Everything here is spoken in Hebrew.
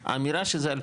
אגב לא תמיד היה מוצמד.